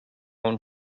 own